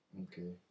Okay